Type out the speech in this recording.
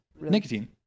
Nicotine